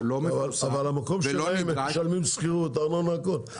--- אבל הם משלמים שכירות ומשלמים ארנונה ואת הכול,